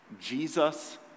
Jesus